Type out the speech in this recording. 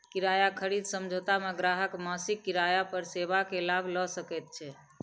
किराया खरीद समझौता मे ग्राहक मासिक किराया पर सेवा के लाभ लय सकैत छै